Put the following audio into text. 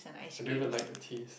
and they will like the taste